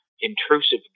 intrusive